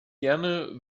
gerne